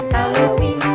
Halloween